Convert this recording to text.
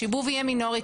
השיבוב יהיה מינורי,